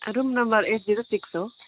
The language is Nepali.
room number eight zero six हो